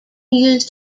used